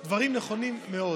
אלה דברים נכונים מאוד,